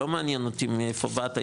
זה לא מעניין אותי מאיפה באת,